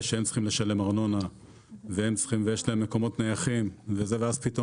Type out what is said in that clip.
שהן צריכות לשלם ארנונה ויש להן מקומות נייחים ואז פתאום